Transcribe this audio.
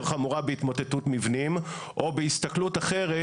חמורה בהתמוטטות מבנים או בהסתכלות אחרת,